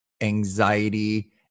anxiety